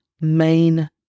main